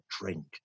drink